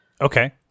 Okay